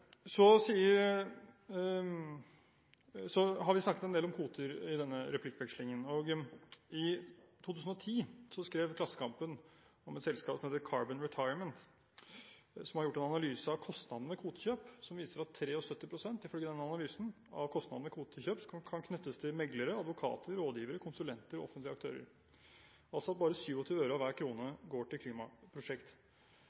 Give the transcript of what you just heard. har snakket en del om kvoter i denne replikkvekslingen. I 2010 skrev Klassekampen om et selskap som heter Carbon Retirement. Dette selskapet har gjort en analyse av kostnadene ved kvotekjøp, som viser at 73 pst. av kostnadene ved kvotekjøp – ifølge denne analysen – kan knyttes til meglere, advokater, rådgivere, konsulenter og offentlige aktører, altså at bare 27 øre av hver